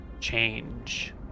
change